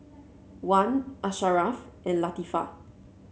Wan Asharaff and Latifa